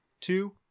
two